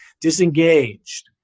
disengaged